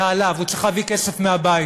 זה עליו, הוא צריך להביא כסף מהבית.